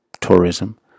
tourism